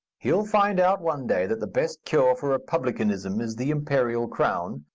he'll find out one day that the best cure for republicanism is the imperial crown,